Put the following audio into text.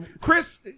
chris